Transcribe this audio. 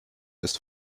ist